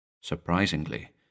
Surprisingly